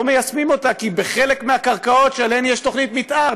לא מיישמים אותה כי בחלק מהקרקעות שעליהן יש תוכנית מתאר,